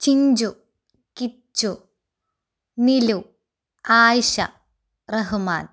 Chinchu Kichu Nilu Ayesha Rahman